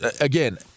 again